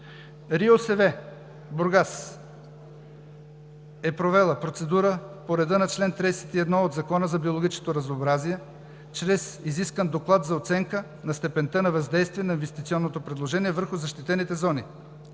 водите – Бургас е провела процедура по реда на чл. 31 от Закона за биологичното разнообразие чрез изискан Доклад за оценка на степента на въздействие на инвестиционното предложение върху защитените зони.